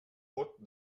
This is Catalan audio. bot